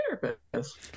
therapist